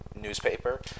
newspaper